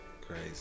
Crazy